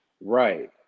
Right